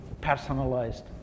personalized